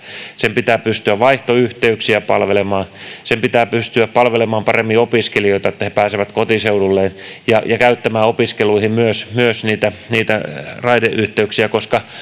sen pitää pystyä vaihtoyhteyksiä palvelemaan sen pitää pystyä palvelemaan paremmin opiskelijoita että he pääsevät kotiseuduilleen ja ja käyttämään myös myös opiskeluihin niitä raideyhteyksiä koska